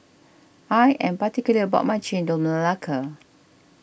I am particular about my Chendol Melaka